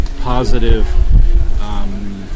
positive